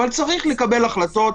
אבל צריך לקבל החלטות,